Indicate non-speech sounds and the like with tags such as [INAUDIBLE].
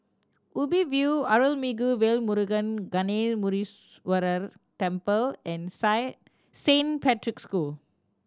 Ubi View Arulmigu Velmurugan Gnanamuneeswarar Temple and [UNINTELLIGIBLE] Saint Patrick's School